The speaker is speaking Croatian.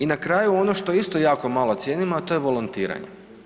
I na kraju, ono što isto jako malo cijenimo, a to je volontiranje.